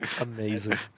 amazing